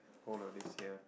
whole of this year